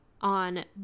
on